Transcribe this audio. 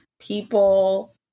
People